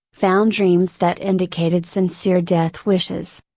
found dreams that indicated sincere death wishes.